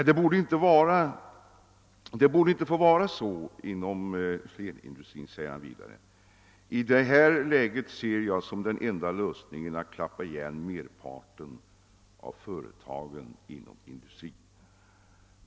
Det borde inte få vara så som det är inom stenindustrin. I det här läget ser jag som den enda lösningen att klappa igen merparten av företagen inom industrin.